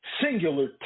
singular